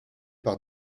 par